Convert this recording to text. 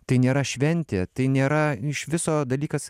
tai nėra šventė tai nėra iš viso dalykas